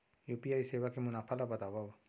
UPI सेवा के मुनाफा ल बतावव?